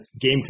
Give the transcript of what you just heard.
game